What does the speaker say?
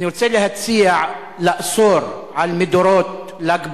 אני רוצה להציע לאסור על מדורות ל"ג בעומר,